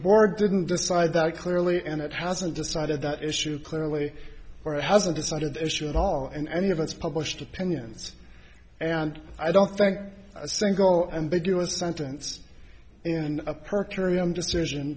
board didn't decide that clearly and it hasn't decided that issue clearly or hasn't decided the issue at all in any of its published opinions and i don't think a single ambiguous sentence in a park area on decision